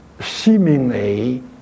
seemingly